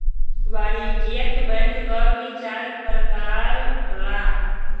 वाणिज्यिक बैंक क भी चार परकार होला